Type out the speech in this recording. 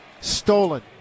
stolen